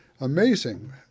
Amazing